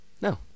No